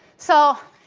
so,